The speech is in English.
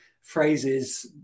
phrases